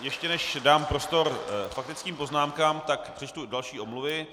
Ještě než dám prostor k faktickým poznámkám, přečtu další omluvy.